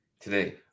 today